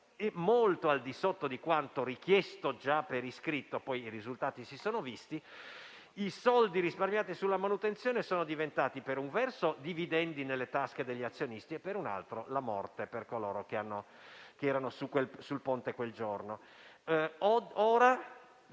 molto al di sotto di quanto richiesto già per iscritto. Poi i risultati si sono visti. I soldi risparmiati sulla manutenzione sono diventati, per un verso, dividendo nelle tasche degli azionisti e, per un altro, la morte per coloro che erano sul ponte quel giorno. Ora